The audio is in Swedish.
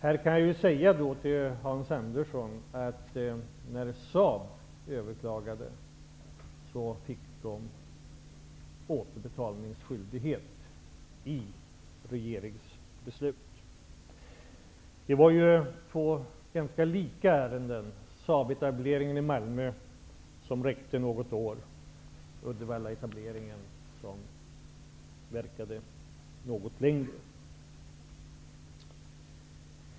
Jag kan säga till Hans Andersson att regeringens beslut när Saab överklagade blev att företaget hade återbetalningsskyldighet. Saabetableringen i Uddevallaetableringen, som verkade något längre, är ju två ganska lika ärenden.